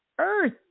earth